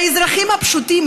האזרחים הפשוטים,